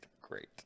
great